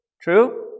True